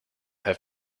have